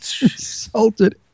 insulted